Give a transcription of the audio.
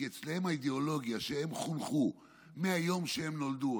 כי אצלן האידיאולוגיה שהן חונכו מהיום שהן נולדו,